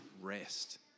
rest